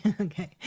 Okay